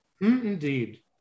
indeed